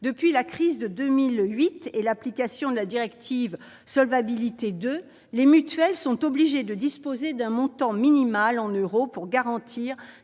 Depuis la crise de 2008 et l'application de la directive européenne dite Solvabilité 2, les mutuelles sont obligées de disposer d'un montant minimal en euros pour garantir